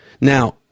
Now